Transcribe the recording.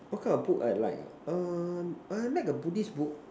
what kind of book I like ah um I like a buddhist book